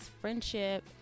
friendship